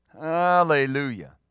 Hallelujah